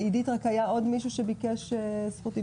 עידית, היה עוד מישהו שביקש זכות דיבור?